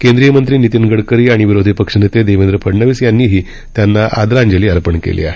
केंद्रीय मंत्री नितीन गडकरी आणि विरोधी पक्षनेते देवेंद्र फडनवीस यांनीही त्यांना आदरांजली अर्पण केली आहे